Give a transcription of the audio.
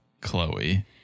Chloe